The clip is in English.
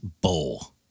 bowl